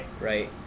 Right